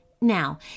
Now